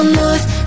north